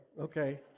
okay